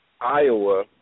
Iowa